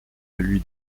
lui